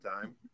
time